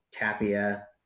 Tapia